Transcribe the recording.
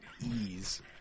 ease